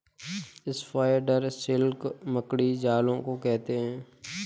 spider silk मकड़ी जाले को कहते हैं